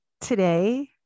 Today